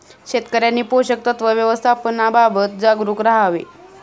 शेतकऱ्यांनी पोषक तत्व व्यवस्थापनाबाबत जागरूक राहावे